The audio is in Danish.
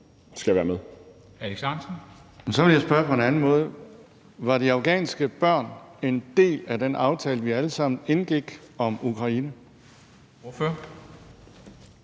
Alex Ahrendtsen (DF): Men så vil jeg spørge på en anden måde: Var de afghanske børn en del af den aftale, vi alle sammen indgik om Ukraine? Kl.